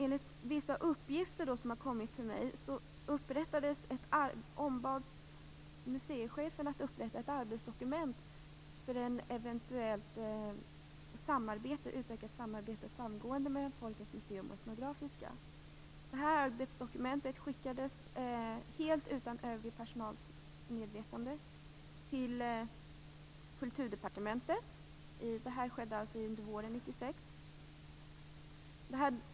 Enligt vissa uppgifter som jag fått ombads museichefen att upprätta ett arbetsdokument för ett eventuellt utökat samarbete och ett samgående mellan Folkens museum och Etnografiska museet. Detta arbetsdokument skickades, helt att utan övrig personal var medveten om det, till Kulturdepartementet. Det här skedde under våren 1996.